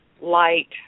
light